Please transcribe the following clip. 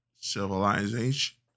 civilization